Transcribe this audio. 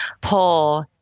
pull